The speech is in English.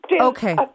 Okay